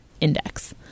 index